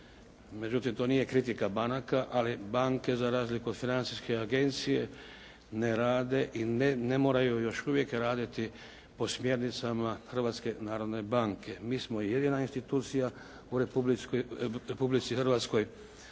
međutim to nije kritika banaka, ali banke za razliku od Financijske agencije ne rade i ne moraju još uvijek raditi po smjernicama Hrvatske narodne banke. Mi smo jedina institucija u Republici Hrvatskoj